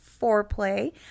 foreplay